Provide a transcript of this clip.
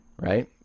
right